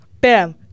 Bam